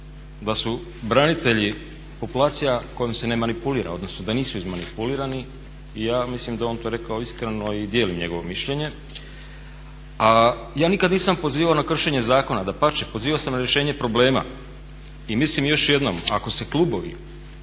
da su branitelji populacija kojom se ne manipulira odnosno da nisu izmanipulirani. I ja mislim da je on to rekao iskreno i dijelim njegovo mišljenje. A ja nikad nisam pozivao na kršenje zakona, dapače pozivao sam na rješenje problema. I mislim još jednom ako se klubovi